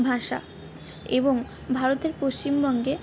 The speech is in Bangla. ভাষা এবং ভারতের পশ্চিমবঙ্গে